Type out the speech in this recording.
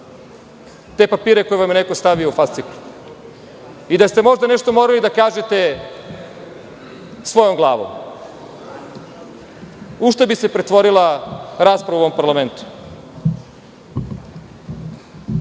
te papire koji vam je neko stavio u fasciklu i da ste možda nešto morali da kažete svojom glavom, u šta bi se pretvorila rasprava u ovom parlamentu? Iskreno